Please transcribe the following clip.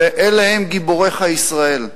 ואלה הם גיבוריך ישראל,